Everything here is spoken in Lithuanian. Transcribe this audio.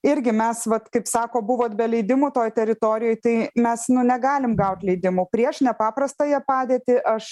irgi mes vat kaip sako buvot be leidimų toj teritorijoj tai mes negalim gaut leidimų prieš nepaprastąją padėtį aš